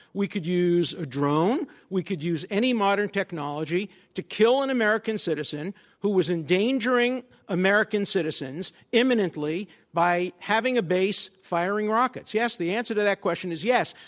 we could use a drone. we could use any modern technology to kill an american citizen who was endangering american citizens imminently by having a base firing rockets. yes, the answer to that question is, yes.